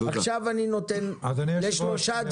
אדוני היושב-ראש,